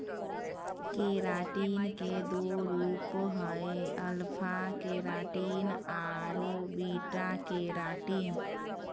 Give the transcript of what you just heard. keratin के दो रूप हइ, अल्फा केराटिन आरो बीटा केराटिन